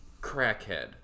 crackhead